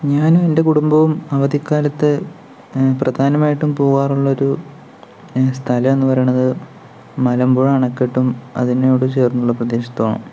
ഞാനും എൻ്റെ കുടുംബവും അവധിക്കാലത്ത് പ്രധാനമായിട്ടും പോകാറുള്ളൊരു സ്ഥലമെന്ന് പറയണത് മലമ്പുഴ അണക്കെട്ടും അതിനോട് ചേർന്നുള്ള പ്രദേശത്തുമാണ്